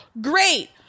great